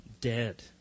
dead